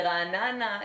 ברעננה',